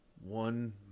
one